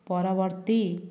ପରବର୍ତ୍ତୀ